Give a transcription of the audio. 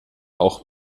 auch